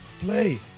play